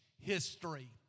history